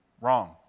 wrong